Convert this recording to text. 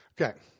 Okay